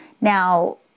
Now